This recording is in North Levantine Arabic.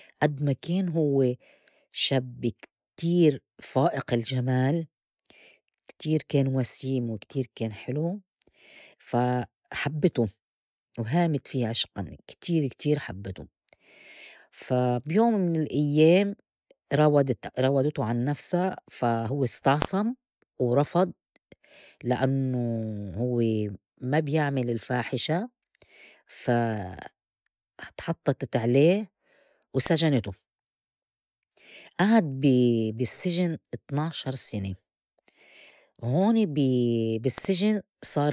أد ما كان هوّ شب كتير فائق الجمال كتير كان وسيم وكتير كان حلو فا حبّتو وهامت في عشقاً كتير كتير حبّتو، فا بيوم من الأيّام راودت- راودتو عن نفسا فا هوّ استعصم ورفض لأنّو هوّ ما بيعمل الفاحشة فا تحطّتت عليه وسجنتو أعد بي- بالسّجن طناعشر سنة وهوني بي بالسجن صار.